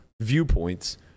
viewpoints